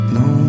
no